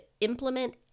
implement